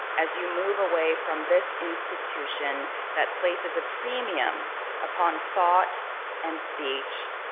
as you move away from this institution that places a premium upon thought and speech,